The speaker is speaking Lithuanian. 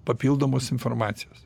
papildomos informacijos